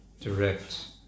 direct